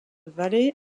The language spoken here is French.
valley